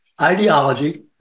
ideology